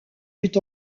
fut